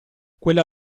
quella